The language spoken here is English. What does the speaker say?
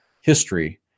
history